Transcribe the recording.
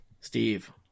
Steve